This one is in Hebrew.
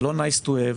זה לא nice to have,